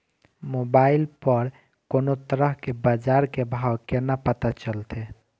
Mobile पर कोनो तरह के बाजार के भाव केना पता चलते?